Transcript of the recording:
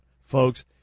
folks